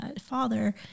father